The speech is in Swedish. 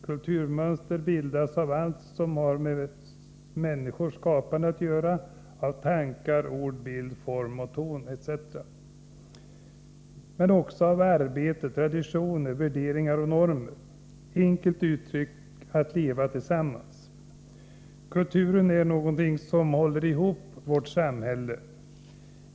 Kulturmönster bildas av allt som har med människors skapande att göra — av tankar, ord, bild, form, ton etc., men också av arbete, traditioner, värderingar och normer; enkelt uttryckt av att leva tillsammans. Kulturen är någonting som håller ihop vårt samhälle.